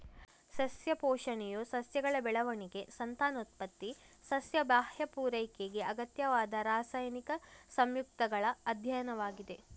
ಸಸ್ಯ ಪೋಷಣೆಯು ಸಸ್ಯಗಳ ಬೆಳವಣಿಗೆ, ಸಂತಾನೋತ್ಪತ್ತಿ, ಸಸ್ಯ ಬಾಹ್ಯ ಪೂರೈಕೆಗೆ ಅಗತ್ಯವಾದ ರಾಸಾಯನಿಕ ಸಂಯುಕ್ತಗಳ ಅಧ್ಯಯನವಾಗಿದೆ